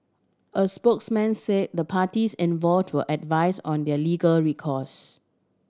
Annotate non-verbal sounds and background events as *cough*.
a spokesman say the parties *unintelligible* advise on their legal recourse